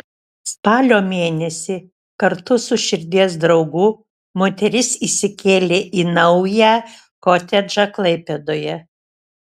spalio mėnesį kartu su širdies draugu moteris įsikėlė į naują kotedžą klaipėdoje